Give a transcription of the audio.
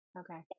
Okay